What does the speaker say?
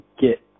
get